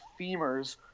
femurs